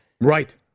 Right